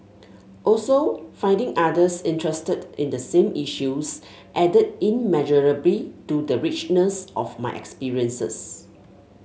also finding others interested in the same issues added immeasurably to the richness of my experiences